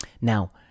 Now